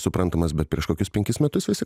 suprantamas bet prieš kokius penkis metus visi